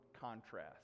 contrast